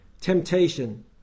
temptation